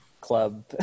club